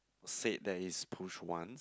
said that it's pushed once